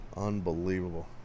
Unbelievable